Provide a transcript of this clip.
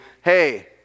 hey